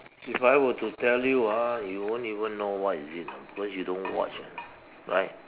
if I were to tell you ah you won't even know what is it ah because you don't watch right